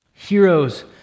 heroes